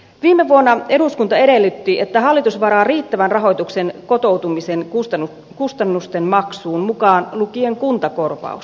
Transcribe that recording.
viime vuonna eduskunta edellytti että hallitus varaa riittävän rahoituksen kotoutumisen kustannusten maksuun mukaan lukien kuntakorvaus